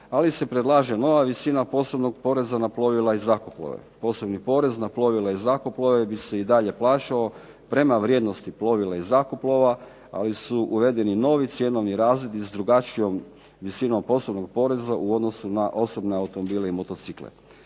ali se predlaže nova visina posebnog poreza na plovila i zrakoplove, posebni porez na plovila i zrakoplove bi se dalje plaćao prema vrijednosti plovila i zrakoplova ali su uvedeni novi cjenovni razredi s drugačijom visinom posebnog poreza u odnosu na osobne automobile i motocikle.